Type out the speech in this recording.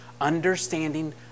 understanding